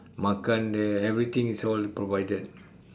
makan there everything is all provided